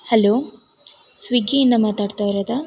hello ಸ್ವಿಗ್ಗಿಯಿಂದ ಮಾತಾಡ್ತಾ ಇರೋದಾ